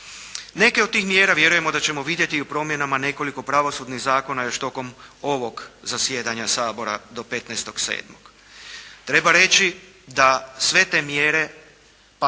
Neke od tih mjera vjerujemo da ćemo vidjeti i u promjenama nekoliko pravosudnih zakona još tijekom ovog zasjedanja Sabora do 15.7. Treba reći da sve te mjere pa